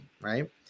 right